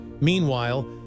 Meanwhile